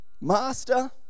master